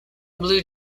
blue